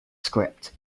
script